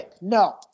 No